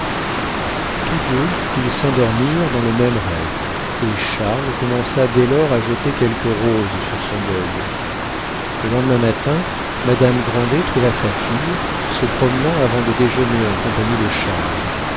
tous deux ils s'endormirent dans le même rêve et charles commença dès lors à jeter quelques roses sur son deuil le lendemain matin madame grandet trouva sa fille se promenant avant le déjeuner en compagnie de charles